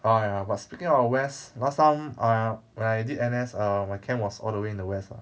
orh ya but speaking of west last time uh when I did N_S err my camp was all the way in the west ah